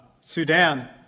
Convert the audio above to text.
Sudan